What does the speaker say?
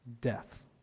Death